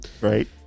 right